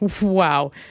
wow